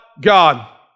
God